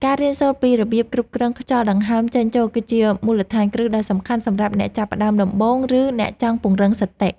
ការរៀនសូត្រពីរបៀបគ្រប់គ្រងខ្យល់ដង្ហើមចេញចូលគឺជាមូលដ្ឋានគ្រឹះដ៏សំខាន់សម្រាប់អ្នកចាប់ផ្តើមដំបូង ឬ អ្នកចង់ពង្រឹងសតិ។